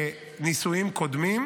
מנישואים קודמים,